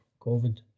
COVID